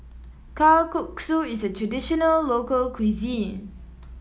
Kalguksu is a traditional local cuisine